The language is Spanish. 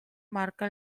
marca